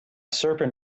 serpent